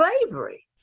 slavery